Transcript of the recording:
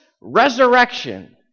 resurrection